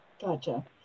Gotcha